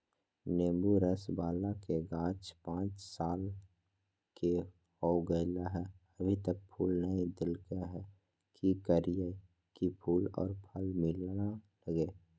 नेंबू रस बाला के गाछ पांच साल के हो गेलै हैं अभी तक फूल नय देलके है, की करियय की फूल और फल मिलना लगे?